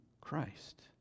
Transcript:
Christ